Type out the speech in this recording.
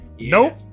Nope